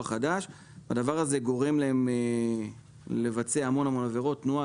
חדש והדבר הזה גורם להם לבצע המון עבירות תנועה,